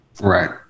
Right